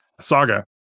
Saga